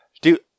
Dude